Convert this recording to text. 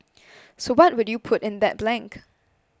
so what would you put in that blank